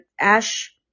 ash